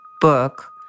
book